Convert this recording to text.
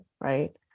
Right